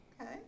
Okay